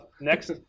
Next